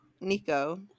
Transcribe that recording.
Nico